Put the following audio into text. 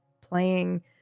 playing